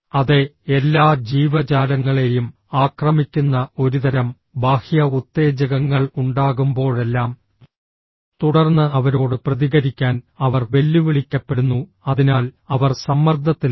അതെ എല്ലാ ജീവജാലങ്ങളെയും ആക്രമിക്കുന്ന ഒരുതരം ബാഹ്യ ഉത്തേജകങ്ങൾ ഉണ്ടാകുമ്പോഴെല്ലാം തുടർന്ന് അവരോട് പ്രതികരിക്കാൻ അവർ വെല്ലുവിളിക്കപ്പെടുന്നു അതിനാൽ അവർ സമ്മർദ്ദത്തിലാണ്